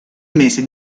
mese